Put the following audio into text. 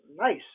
nice